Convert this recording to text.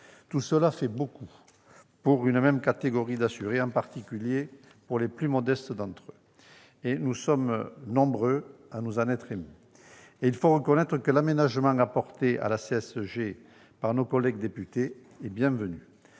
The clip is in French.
Tout cela fait beaucoup pour une même catégorie d'assurés, en particulier pour les plus modestes d'entre eux. Nous sommes nombreux à nous en être émus, et il faut reconnaître que l'aménagement apporté à la CSG par nos collègues députés est bienvenu.